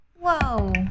Whoa